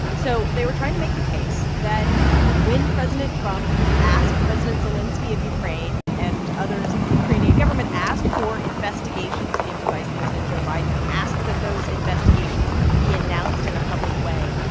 so they were trying to make the case that when president trump asked president zelenskiy of ukraine and others in the ukrainian government asked for investigations into vice president joe biden, asked that those investigations be announced in a public way,